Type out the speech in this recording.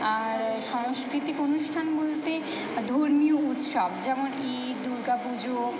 আর সংস্কৃতিক অনুষ্ঠান বলতে ধর্মীয় উৎসব যেমন ঈদ দুর্গা পুজো